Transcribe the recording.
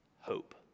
hope